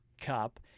Cup